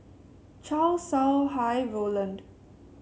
Chow Sau Hai Roland